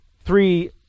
three